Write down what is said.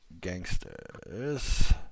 Gangsters